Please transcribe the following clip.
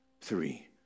three